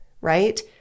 right